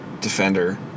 defender